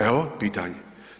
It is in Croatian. Evo pitanje.